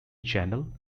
chancel